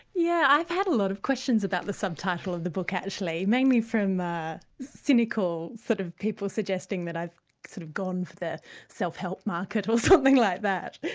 yeah i've had a lot of questions about the subtitle of the book actually, mainly from cynical sort of people suggesting that i've sort of gone for the self-help market or something like that.